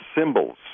symbols